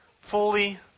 fully